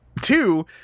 two